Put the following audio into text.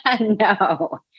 No